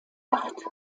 acht